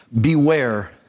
Beware